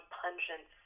pungent